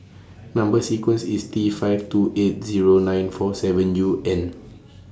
Number sequence IS T five two eight Zero nine four seven U and